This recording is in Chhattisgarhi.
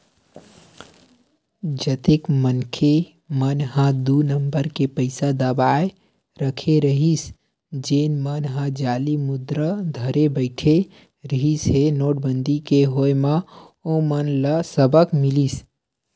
जतेक मनखे मन ह दू नंबर के पइसा दबाए रखे रहिस जेन मन ह जाली मुद्रा धरे बइठे रिहिस हे नोटबंदी के होय म ओमन ल सबक मिलिस